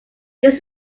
this